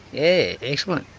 yeah. excellent.